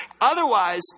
otherwise